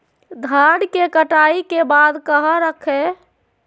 धान के कटाई के बाद कहा रखें?